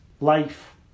life